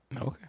Okay